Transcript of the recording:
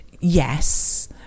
yes